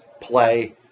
play